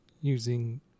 using